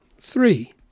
three